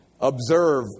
observe